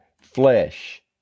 flesh